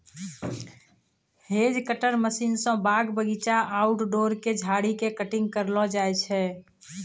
hedge cutter machine स बाग बगीचा, आउटडोर के झाड़ी के कटिंग करलो जाय छै